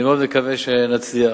אני מאוד מקווה שנצליח.